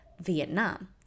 Vietnam